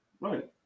Right